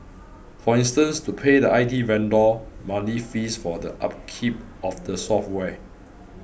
for instance to pay the I T vendor monthly fees for the upkeep of the software